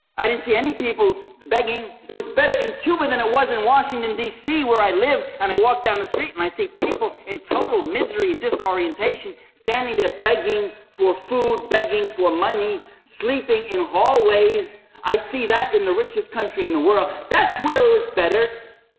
i didn't see any people begging. it was better in cuba than it was in washington d c. where i live and i walk down the street and i see people in total misery and disorientation standing there begging for food, begging for money, sleeping in hallways. i see that in the richest country in the world. that's where it was better!